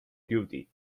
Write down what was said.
duty